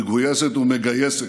מגויסת ומגייסת,